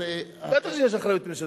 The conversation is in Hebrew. כל הכבוד, בטח שיש אחריות משותפת.